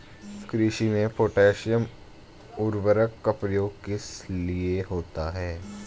कृषि में पोटैशियम उर्वरक का प्रयोग किस लिए होता है?